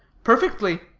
perfectly.